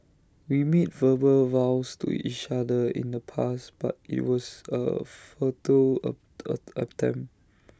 we made verbal vows to each other in the past but IT was A futile attempt